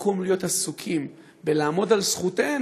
במקום להיות עסוקים בלעמוד על זכותנו,